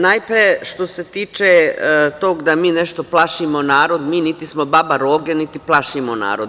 Najpre, što se tiče tog da mi nešto plašimo narod, mi niti smo baba roge, niti plašimo narod.